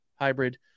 hybrid